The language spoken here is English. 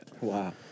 Wow